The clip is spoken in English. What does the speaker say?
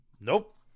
Nope